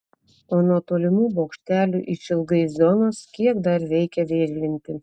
o nuo tolimų bokštelių išilgai zonos kiek dar reikia vėžlinti